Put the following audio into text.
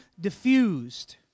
diffused